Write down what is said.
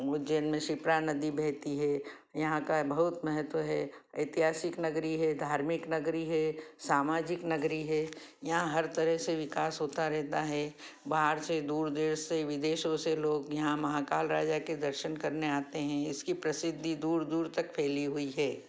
उज्जैन में शिप्रा नदी बहती है यहाँ का बहुत महत्व है ऐतिहासिक नागरी है धार्मिक नागरी है सामाजिक नगरी है यहाँ हर तरह से विकास होता रहता है बाहर से दूर देश से विदेशों से लोग यहाँ महाकाल राजा के दर्शन करने आते हैं इसकी प्रसिद्धि दूर दूर तक फैली हुई है